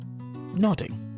nodding